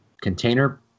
container